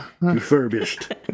Refurbished